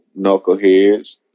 knuckleheads